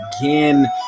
again